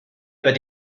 über